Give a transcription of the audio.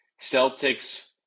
celtics